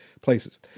places